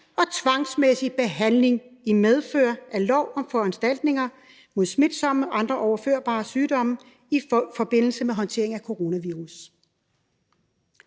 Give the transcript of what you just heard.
og tvangsmæssig behandling i medfør af lov om foranstaltninger mod smitsomme og andre overførbare sygdomme i forbindelse med håndtering af coronavirus.